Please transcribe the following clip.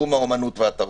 תחום האומנות והתרבות.